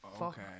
Okay